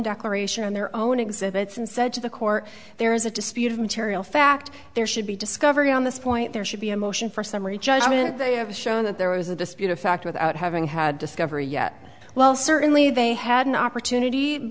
declaration on their own exhibits and said to the court there is a disputed material fact there should be discovery on this point there should be a motion for summary judgment they have shown that there was a dispute a fact without having had discovery yet well certainly they had an opportunity